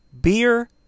beer